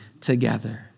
together